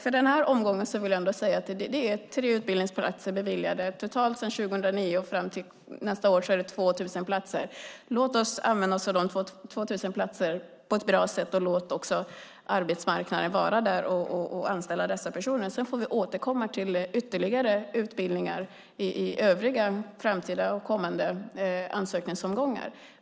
För denna omgång vill jag ändå säga att det är tre utbildningsplatser beviljade totalt sedan 2009, och det är 2 000 platser fram till nästa år. Låt oss använda oss av de 2 000 platserna på ett bra sätt, och låt också arbetsmarknaden vara där och anställa dessa personer. Sedan får vi återkomma till ytterligare utbildningar i kommande ansökningsomgångar.